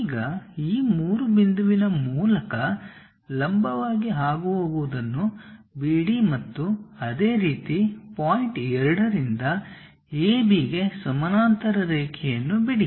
ಈಗ ಈ 3 ಬಿಂದುವಿನ ಮೂಲಕ ಲಂಬವಾಗಿ ಹಾದು ಹೋಗುವುದನ್ನು BD ಮತ್ತು ಅದೇ ರೀತಿ ಪಾಯಿಂಟ್ 2 ರಿಂದ AB ಗೆ ಸಮಾನಾಂತರ ರೇಖೆಯನ್ನು ಬಿಡಿ